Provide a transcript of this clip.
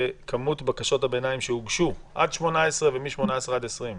בכמות בקשות הביניים שהוגשו מ-2018 ומ-2018 עד 2020?